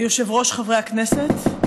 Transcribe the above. היושב-ראש, חברי הכנסת,